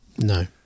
No